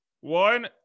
one